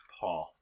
path